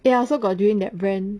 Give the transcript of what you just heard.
eh I also got drink that brand